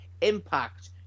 impact